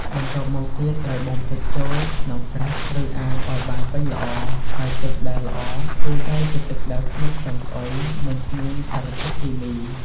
បន្ទាប់មកទៀតត្រូវបូមទឹកចូលក្នុងស្រះ ឬអាងឲ្យបានពេញល្អ ហើយទឹកដែលល្អគួរតែជាទឹកដែលគ្មានក្លិនស្អុយ និងគ្មានសារធាតុគីមី។